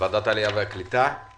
למשרד השיכון כשיש גוף באמצע שיש לו את כל